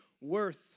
worth